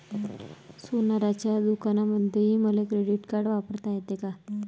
सोनाराच्या दुकानामंधीही मले क्रेडिट कार्ड वापरता येते का?